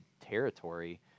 territory